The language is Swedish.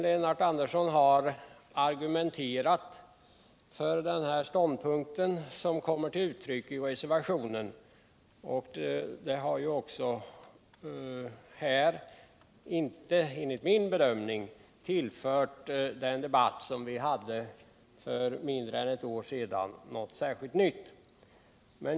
Lennart Andersson har argumenterat för den ståndpunkt som kommer till uttryck i reservationen, men det har inte, enligt min bedömning, tillfört den debatt vi hade för mindre än ett år sedan något särskilt nytt.